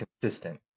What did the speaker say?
consistent